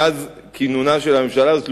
מאז כינונה של הממשלה הזאת,